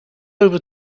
over